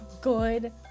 good